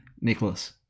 Nicholas